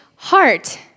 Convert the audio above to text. Heart